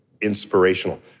inspirational